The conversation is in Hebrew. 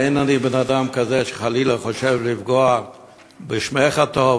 אין אני בן-אדם כזה שחלילה חושב לפגוע בשמך הטוב,